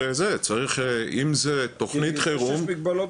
תאריך ברור וסופי להפסקת השימוש ביחידות 1-4 --- קיבלנו.